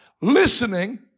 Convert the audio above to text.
listening